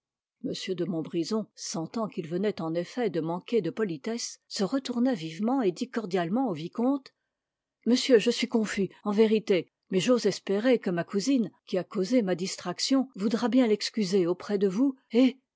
m de montbrison sentant qu'il venait en effet de manquer de politesse se retourna vivement et dit cordialement au vicomte monsieur je suis confus en vérité mais j'ose espérer que ma cousine qui a causé ma distraction voudra bien l'excuser auprès de vous et